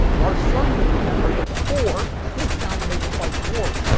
our sun, you'll remember, the core shrinks down to make a white dwarf.